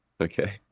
Okay